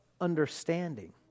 understanding